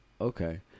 Okay